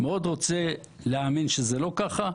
אני מאוד רוצה להאמין שזה לא ככה.